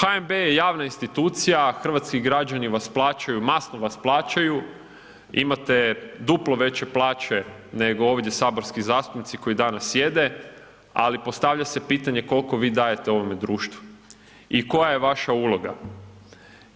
HNB je javna institucija, hrvatski građani vas plaćaju, masno vas plaćaju, imate duplo veće plaće nego ovdje saborski zastupnici koji danas sjede, ali postavlja se pitanje kolko vi dajete ovome društvu i koja je vaša uloga